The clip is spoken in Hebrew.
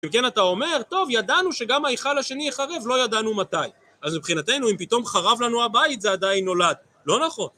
אם כן אתה אומר, טוב, ידענו שגם ההיכל השני יחרב, לא ידענו מתי. אז מבחינתנו, אם פתאום חרב לנו הבית, זה עדיין נולד. לא נכון.